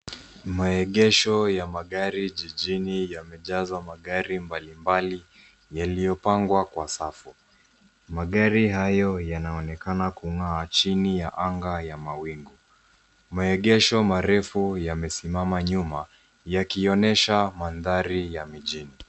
Maegesho ya magari jijini yamejazwa magari mbalimbali yaliyopangwa kwa safu. Magari hayo yanaonekana kung'aa chini ya anga ya mawingu. Maegesho marefu yamesimama nyuma yakionyesha mandhari ya mjini.